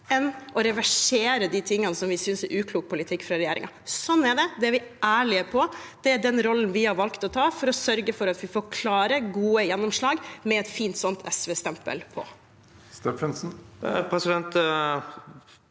enn å reversere det som vi synes er uklok politikk fra regjeringen. Sånn er det. Det er vi ærlig på. Det er den rollen vi har valgt å ta for å sørge for at vi får klare, gode gjennomslag med et fint SV-stempel på.